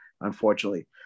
unfortunately